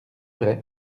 vrai